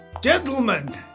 Gentlemen